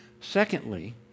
Secondly